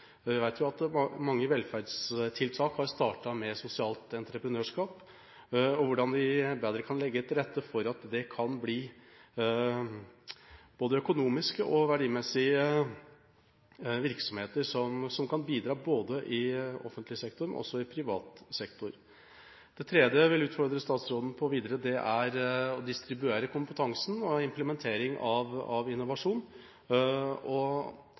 Vi vet at mange velferdstiltak har startet med sosialt entreprenørskap og hvordan de bedre kan legge til rette for at det kan bli både økonomiske og verdimessige virksomheter, som kan bidra ikke bare i offentlig sektor, men også i privat sektor. Det tredje jeg vil utfordre statsråden videre på, er å distribuere kompetansen og implementering av innovasjon. I dag har Forskningsrådet en tydelig rolle og har relativt bra med midler. Og